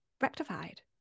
rectified